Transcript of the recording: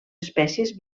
espècies